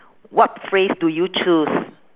what phrase do you choose